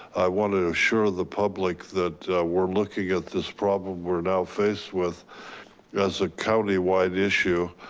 i wanted to assure the public that we're looking at this problem we're now faced with as a county wide issue.